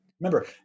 Remember